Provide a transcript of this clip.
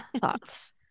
thoughts